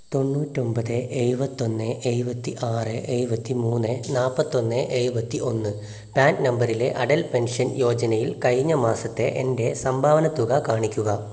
തൊണ്ണൂറ്റൊമ്പത് എഴുപത്തൊന്ന് എഴുപത്തി ആറ് എഴുപത്തി മൂന്ന് നാപ്പത്തൊന്ന് എഴുപത്തി ഒന്ന് പാൻ നമ്പറിലെ അടൽ പെൻഷൻ യോജനയിൽ കഴിഞ്ഞ മാസത്തെ എൻ്റെ സംഭാവന തുക കാണിക്കുക